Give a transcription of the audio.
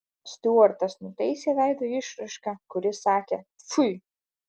stiuartas nutaisė veido išraišką kuri sakė tfui